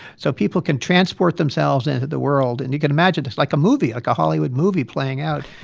so people can transport themselves into the world. and you can imagine it's like a movie, like a hollywood movie playing out.